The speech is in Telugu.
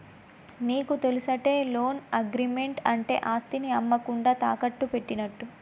నీకు తెలుసటే, లోన్ అగ్రిమెంట్ అంటే ఆస్తిని అమ్మకుండా తాకట్టు పెట్టినట్టు